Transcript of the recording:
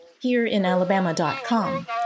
hereinalabama.com